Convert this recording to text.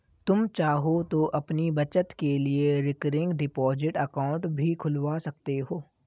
तुम चाहो तो अपनी बचत के लिए रिकरिंग डिपॉजिट अकाउंट भी खुलवा सकते हो